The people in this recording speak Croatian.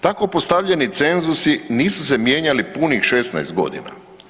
Tako postavljeni cenzusi nisu se mijenjali punih 16 godina.